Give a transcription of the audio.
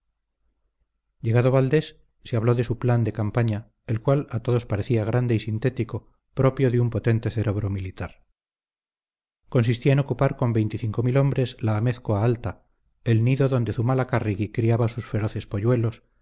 llegado valdés se habló de su plan de campaña el cual a todos parecía grande y sintético propio de un potente cerebro militar consistía en ocupar con veinticinco mil hombres la amézcoa alta el nido donde zumalacárregui criaba sus feroces polluelos